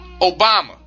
Obama